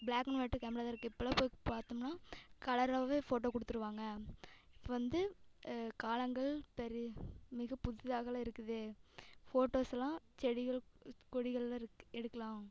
black and white camera தான் இருக்கும் இப்போலாம் போய் பார்த்தோம்னா கலராக ஃபோட்டோ கொடுத்துருவாங்க இப்போ வந்து காலங்கள் பெரு மிக புதுசாகல இருக்குது ஃபோட்டோஸ்லாம் செடிகள் கொடிகளில் எடுக்கலாம்